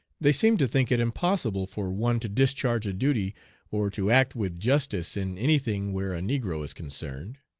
they seem to think it impossible for one to discharge a duty or to act with justice in any thing where a negro is concerned.